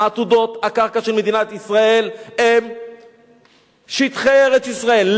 עתודות הקרקע של מדינת ישראל הן שטחי ארץ-ישראל.